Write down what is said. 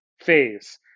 phase